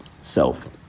self